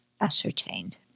ascertained